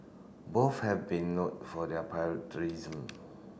both have been note for their